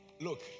Look